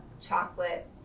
chocolate